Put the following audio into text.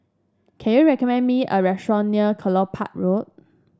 can you recommend me a restaurant near Kelopak Road